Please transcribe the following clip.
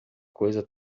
coisa